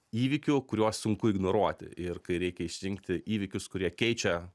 įvykių kuriuos sunku ignoruoti ir kai reikia išrinkti įvykius kurie keičia